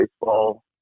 Baseball